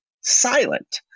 silent